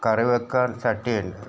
കറി വെക്കാൻ ചട്ടി ഉണ്ട്